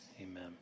amen